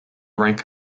rank